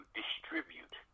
distribute